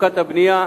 ומצוקת הבנייה,